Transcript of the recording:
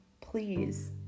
please